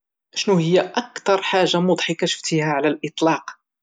شنوهيا اكثر حاجة مضحكة شفتيها على الاطلاق؟